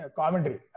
commentary